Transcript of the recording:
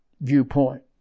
viewpoint